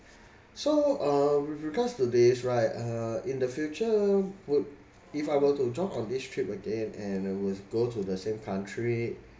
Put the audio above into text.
so um with regards to this uh in the future would if I were to join on this trip again and with go to the same country